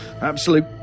Absolute